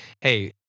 hey